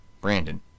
Brandon